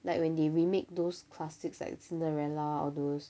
like when they remake those classics like cinderella all those